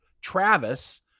Travis